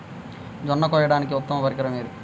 జొన్న కోయడానికి ఉత్తమ పరికరం ఏది?